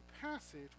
passage